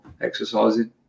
exercising